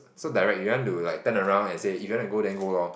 so direct you want to like turn around and say if you wanna go then go lor